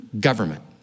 government